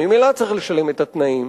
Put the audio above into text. ממילא צריך לשלם את התנאים,